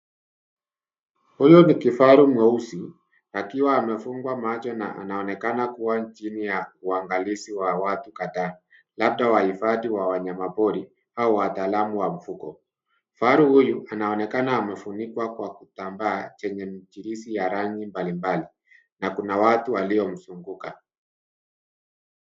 Huyu ni kifaru mweusi akiwa amefungwa macho na anaonekana kuwa inchini ya uwangilizi wa watu kadhaa, labda wahifadhi wa wanyamapori au watalaamu wa mifugo. Kifaru huyu anaonekana amefunikwa kwa kitambaa chenye mchirizi wa rangi mbalimbali na kuna watu waliomzunguka.